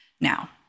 Now